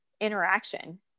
interaction